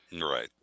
right